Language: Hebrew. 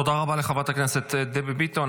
תודה רבה לחברת הכנסת דבי ביטון.